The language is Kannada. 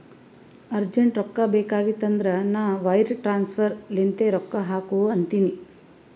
ಅರ್ಜೆಂಟ್ ರೊಕ್ಕಾ ಬೇಕಾಗಿತ್ತಂದ್ರ ನಾ ವೈರ್ ಟ್ರಾನ್ಸಫರ್ ಲಿಂತೆ ರೊಕ್ಕಾ ಹಾಕು ಅಂತಿನಿ